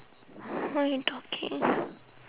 what you talking